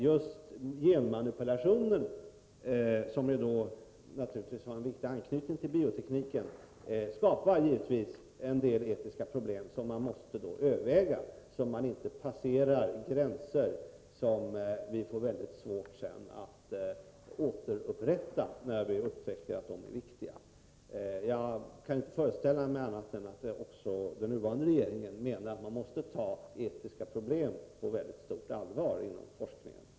Just genmanipulationen, som har en viktig anknytning till biotekniken, skapar givetvis en del etiska problem som vi måste överväga så att vi inte raserar gränser som vi sedan får svårt att återskapa när vi upptäcker "att de är viktiga. Jag kan inte föreställa mig annat än att också den nuvarande regeringen menar att man måste ta etiska problem på mycket stort allvar inom forskningen.